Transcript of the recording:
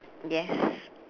yes